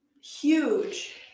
huge